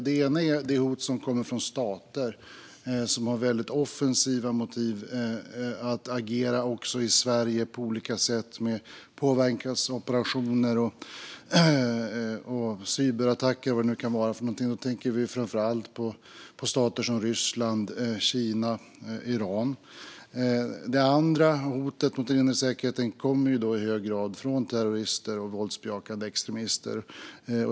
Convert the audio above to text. Det första är det hot som kommer från stater som har väldigt offensiva motiv att agera i Sverige på olika sätt med påverkansoperationer, cyberattacker och vad det nu kan vara för någonting. Vi tänker framför allt på stater som Ryssland, Kina och Iran. Det andra hotet mot den inre säkerheten kommer i hög grad från terrorister och våldsbejakande extremister.